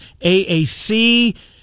AAC